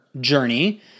journey